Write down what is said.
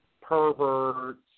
perverts